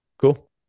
cool